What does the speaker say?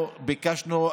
למה צריך לחכות להפסדים של